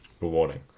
rewarding